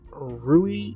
Rui